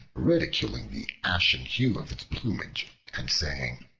ridiculing the ashen hue of its plumage and saying,